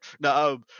no